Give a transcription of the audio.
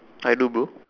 I do bro